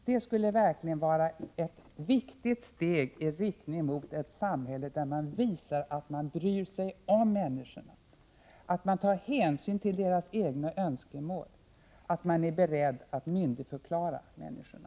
Det skulle verkligen vara ett viktigt steg i riktning mot ett samhälle där man visar att man bryr sig om människorna, att ta hänsyn till deras egna önskemål och att vara beredd att myndigförklara människorna.